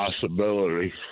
possibility